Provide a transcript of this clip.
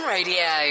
Radio